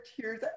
tears